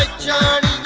john